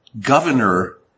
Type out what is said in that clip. governor